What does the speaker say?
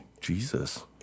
Jesus